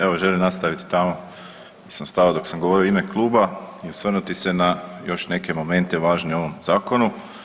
Evo želim nastaviti tamo di sam stao dok sam govorio u ime kluba i osvrnuti se na još neke momente važne u ovom zakonu.